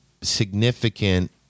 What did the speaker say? significant